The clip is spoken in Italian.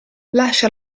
lascia